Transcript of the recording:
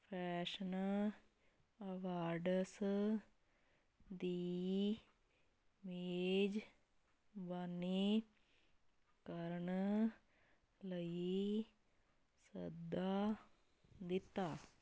fashion awards ਦੀ ਮੇਜ ਬਾਨੀ ਕਰਨ ਲਈ ਸੱਦਾ ਦਿੱਤਾ